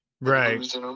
Right